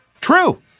true